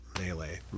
melee